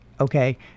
okay